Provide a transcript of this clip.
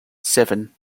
seven